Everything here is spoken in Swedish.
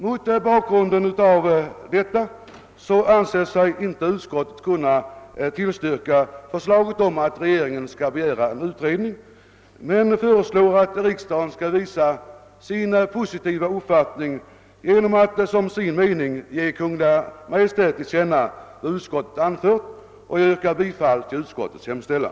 Mot bakgrunden härav har utskottet inte ansett sig kunna tillstyrka förslaget att riksdagen hos Kungl. Maj:t skall begära en utredning, men utskottet anser att riksdagen skall visa sin positiva inställning genom att som sin mening ge Kungl. Maj:t till känna vad utskottet anfört. Herr talman! Jag yrkar bifall till utskottets hemställan.